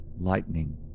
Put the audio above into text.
Lightning